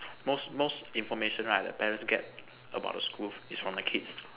most most information right the parents get about the school is from the kids